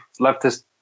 leftist